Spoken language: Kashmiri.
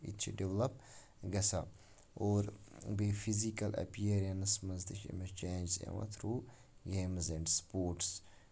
یہِ تہِ چھِ ڈٮ۪ولَپ گژھان اور بیٚیہِ فِزِکَل اَپیرٮ۪نٕس منٛز تہِ چھِ أمِس چینٛج یِوان تھرٛوٗ گیمٕز اینٛڈ سپوٹٕس